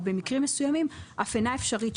ובמקרים מסוימים אף אינה אפשרית,